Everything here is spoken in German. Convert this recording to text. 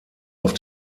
auf